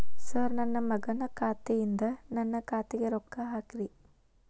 sir ನನ್ನ ಮಗನ ಖಾತೆ ಯಿಂದ ನನ್ನ ಖಾತೆಗ ರೊಕ್ಕಾ ಹಾಕ್ರಿ